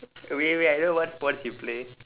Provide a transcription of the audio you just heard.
wait wait I know what sports you play